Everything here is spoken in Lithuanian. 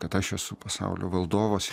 kad aš esu pasaulio valdovas